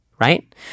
right